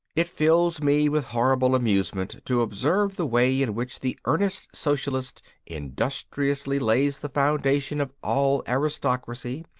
it fills me with horrible amusement to observe the way in which the earnest socialist industriously lays the foundation of all aristocracy,